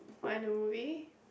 find the movie